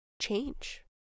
change